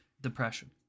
depression